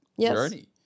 journey